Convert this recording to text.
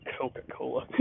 Coca-Cola